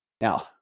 Now